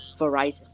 verizon